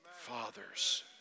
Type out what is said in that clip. Fathers